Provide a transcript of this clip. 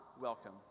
welcome